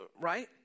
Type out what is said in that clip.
right